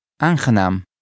Aangenaam